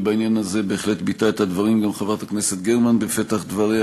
ובעניין הזה גם בהחלט ביטאה את הדברים חברת הכנסת גרמן בפתח דבריה,